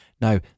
Now